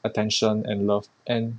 attention and love and